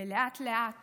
ולאט-לאט